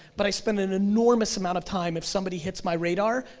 but i spend an enormous amount of time if somebody hits my radar,